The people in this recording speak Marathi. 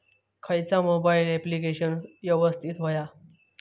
खयचा मोबाईल ऍप्लिकेशन यवस्तित होया?